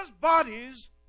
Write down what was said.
bodies